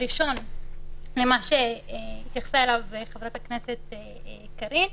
הראשון למה שהתייחסה אליו חברת הכנסת קארין,